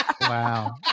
Wow